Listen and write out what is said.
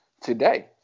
today